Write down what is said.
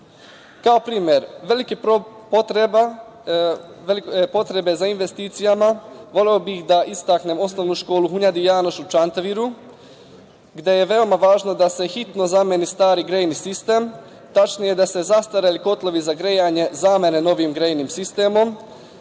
Kao primer potreba za investicijama voleo bih da istaknem osnovnu školu „Hunjadi Janoš“ u Čantaviru, gde je veoma važno da se hitno zameni stari grejni sistem. Tačnije da se zastareli kotlovi za grejanje zamene novim grejnim sistemom.